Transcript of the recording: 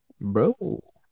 bro